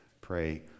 pray